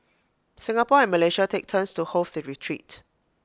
Singapore and Malaysia take turns to host the retreat